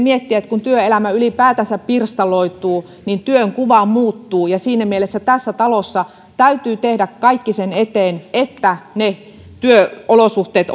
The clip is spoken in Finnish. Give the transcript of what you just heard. miettiä että kun työelämä ylipäätänsä pirstaloituu niin työn kuva muuttuu ja siinä mielessä tässä talossa täytyy tehdä kaikki sen eteen että ne työolosuhteet